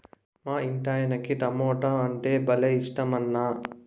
మా ఇంటాయనకి టమోటా అంటే భలే ఇట్టమన్నా